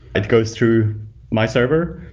it goes through my server